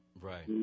Right